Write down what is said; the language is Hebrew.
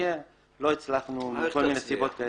אני חווה את החוויות האלה